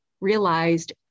realized